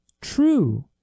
True